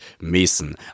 Mason